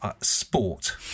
Sport